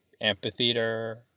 amphitheater